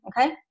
Okay